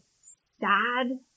sad